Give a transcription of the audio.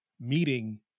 meeting